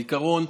בעיקרון,